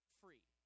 free